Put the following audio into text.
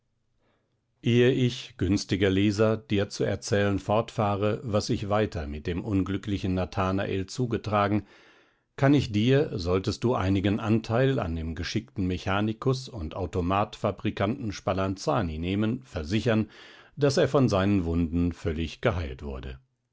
ehe ich günstiger leser dir zu erzählen fortfahre was sich weiter mit dem unglücklichen nathanael zugetragen kann ich dir solltest du einigen anteil an dem geschickten mechanikus und automat fabrikanten spalanzani nehmen versichern daß er von seinen wunden völlig geheilt wurde